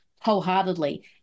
wholeheartedly